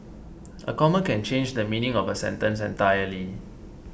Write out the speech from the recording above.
a comma can change the meaning of a sentence entirely